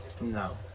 No